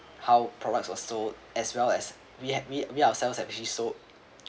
how products are sold as well as we had we we ourselves have actually sold